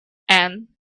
and